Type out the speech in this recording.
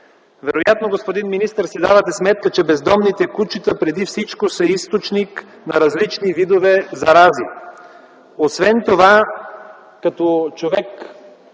Вероятно, господин министър, си давате сметка, че бездомните кучета преди всичко са източник на различни видове зарази. Освен това като човек,